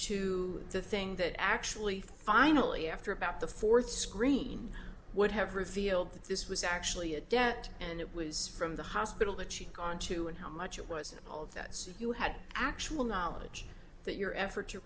to the thing that actually finally after about the fourth screen would have revealed that this was actually a debt and it was from the hospital that she'd gone to and how much it was all of that so you had actual knowledge that your effort to